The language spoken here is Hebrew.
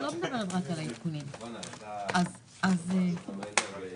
כמו שאמרנו,